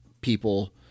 people